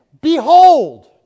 behold